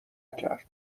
کرد